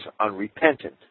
unrepentant